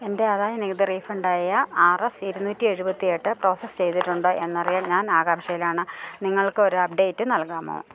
എൻ്റെ ആദായ നികുതി റീഫണ്ടായ ആര് എസ് ഇരുനൂറ്റിഎഴുപത്തി എട്ട് പ്രോസസ്സ് ചെയ്തിട്ടുണ്ടോ എന്നറിയാൻ ഞാൻ ആകാംക്ഷയിലാണ് നിങ്ങൾക്ക് ഒരപ്ഡേറ്റ് നൽകാമോ